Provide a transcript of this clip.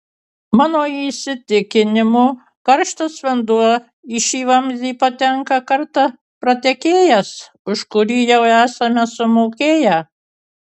mano įsitikinimu karštas vanduo į šį vamzdį patenka kartą pratekėjęs už kurį jau esame sumokėję